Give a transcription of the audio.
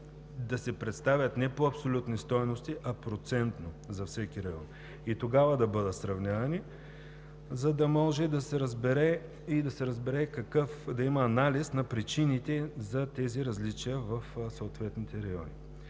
да се представят не по абсолютни стойности, а процентно за всеки район, и тогава да бъдат сравнявани, за да може да има анализ на причините за тези различия в съответните райони.